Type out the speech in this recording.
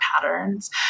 patterns